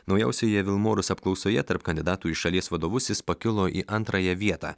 naujausioje vilmorus apklausoje tarp kandidatų į šalies vadovus jis pakilo į antrąją vietą